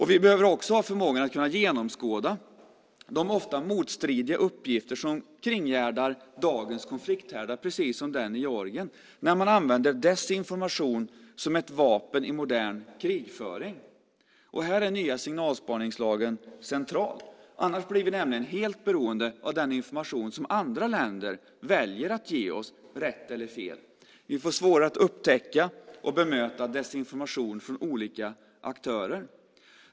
Vi behöver också ha förmåga att kunna genomskåda de ofta motstridiga uppgifter som kringgärdar dagens konflikthärdar precis som den i Georgien, när man använder desinformation som ett vapen i modern krigföring. Här är den nya signalspaningslagen central. Utan den blir vi nämligen helt beroende av den information som andra länder väljer att ge oss - rätt eller fel. Vi får svårare att upptäcka och bemöta desinformation från olika aktörer.